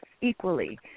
equally